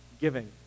giving